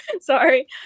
Sorry